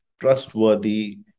trustworthy